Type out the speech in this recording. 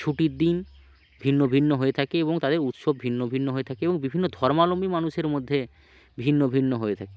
ছুটির দিন ভিন্ন ভিন্ন হয়ে থাকে এবং তাদের উৎসব ভিন্ন ভিন্ন হয়ে থাকে এবং বিভিন্ন ধর্মাবলম্বী মানুষের মধ্যে ভিন্ন ভিন্ন হয়ে থাকে